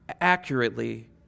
accurately